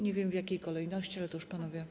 Nie wiem, w jakiej kolejności, ale to już panowie